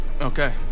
Okay